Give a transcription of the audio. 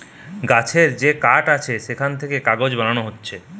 গাছের যে কাঠ আছে সেখান থেকে কাগজ বানানো হতিছে